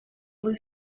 blue